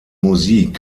musik